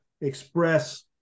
express